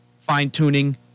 fine-tuning